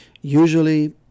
usually